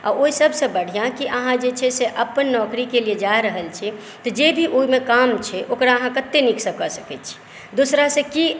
आ ओहि सभसँ बढ़िऑं की अहाँ जे छै से अपन नौकरीके लेल जा रहल छियै तऽ जे भी ओहिमे काम छै ओकरा अहाँ कत्ते नीकसँ कऽ सकैत छियै दोसरासँ की